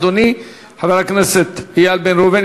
אדוני חבר הכנסת איל בן ראובן,